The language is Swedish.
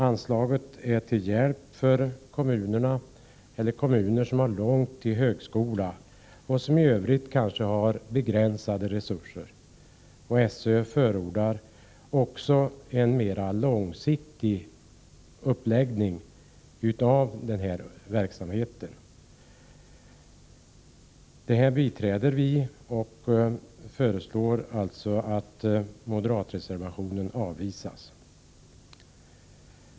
Anslagen är till hjälp för kommuner som t.ex. har långt till en högskola eller i övrigt har begränsade resurser. SÖ förordar också en mera långsiktig uppläggning av verksamheten. Detta biträder vi och föreslår att moderatreservationen avvisas.